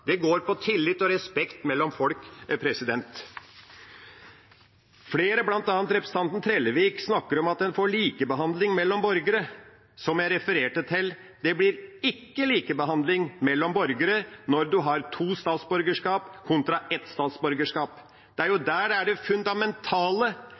Det går på tillit og respekt mellom folk. Flere, bl.a. representanten Trellevik, snakker om at en får likebehandling mellom borgere. Som jeg refererte til: Det blir ikke likebehandling mellom borgere når man har to statsborgerskap kontra ett statsborgerskap. Det er jo